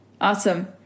awesome